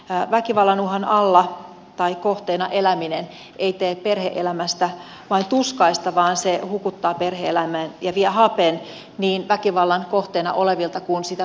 väkivallan uhan alla tai kohteena eläminen ei tee perhe elämästä vain tuskaista vaan se hukuttaa perhe elämän ja vie hapen niin väkivallan kohteena olevilta kuin sitä todistavilta lapsiltakin